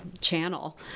channel